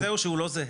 זהו, שהוא לא זהה.